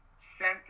sent